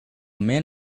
man